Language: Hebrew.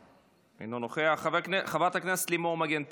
אינו נוכח, חברת הכנסת לימור מגן תלם,